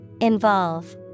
Involve